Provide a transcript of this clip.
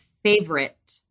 Favorite